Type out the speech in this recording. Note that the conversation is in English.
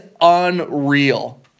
unreal